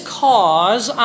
cause